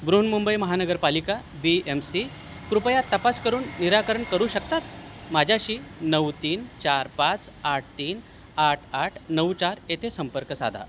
Brihanmumbai Mahanagarpalika B M C कृपया तपास करून निराकरण करू शकतात माझ्याशी नऊ तीन चार पाच आठ तीन आठ आठ नऊ चार येथे संपर्क साधा